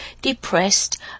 depressed